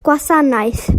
gwasanaeth